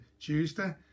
Tuesday